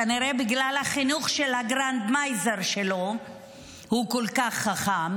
כנראה בגלל החינוך של הגרנדמייזר שלו הוא כל כך חכם,